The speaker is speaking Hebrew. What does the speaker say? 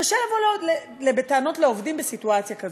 קשה מאוד לבוא בטענות לעובדים בסיטואציה כזאת,